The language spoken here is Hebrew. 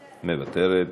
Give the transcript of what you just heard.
מוותרת.